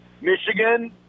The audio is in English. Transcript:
Michigan